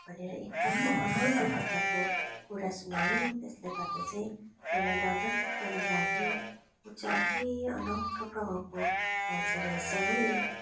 भनेर एक खाले अनौठो प्रकारको कुरा सुनायो त्यसले गर्दा चाहिँ मलाई ड डर पनि लाग्यो ऊ चाहिँ अर्कै अनौठो प्रभावको मान्छे रहेछ है